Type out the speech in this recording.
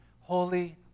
holy